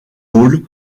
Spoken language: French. hall